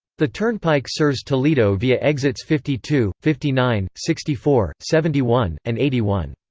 the turnpike serves toledo via exits fifty two, fifty nine, sixty four, seventy one, and eighty one.